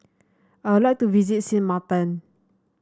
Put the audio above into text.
I would like to visit Sint Maarten